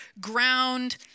ground